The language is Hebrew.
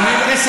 על הכינוי.